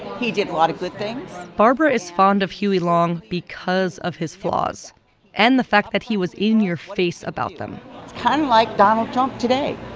he did a lot of good things barbara is fond of huey long because of his flaws and the fact that he was in your face about them it's kind like donald trump today.